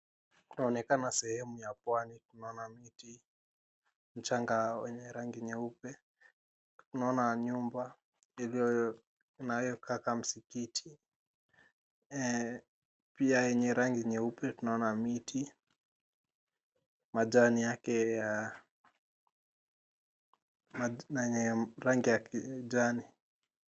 Inaonekana sehemu ya Pwani, naona miti, mchanga wenye rangi nyeupe, naona nyumba inayokaa kama Msikiti pia yenye rangi nyeupe, naona miti majani yake yenye rangi ya kijani.